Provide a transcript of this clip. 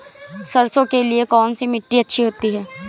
सरसो के लिए कौन सी मिट्टी अच्छी होती है?